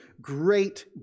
great